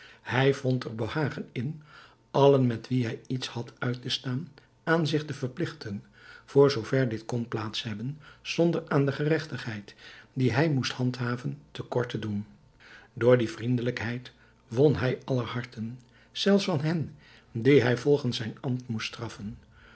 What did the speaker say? hij vond er behagen in allen met wie hij iets had uit te staan aan zich te verpligten voor zoover dit kon plaats hebben zonder aan de geregtigheid die hij moest handhaven te kort te doen door die vriendelijkheid won hij aller harten zelfs van hen die hij volgens zijn ambt moest straffen